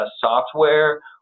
software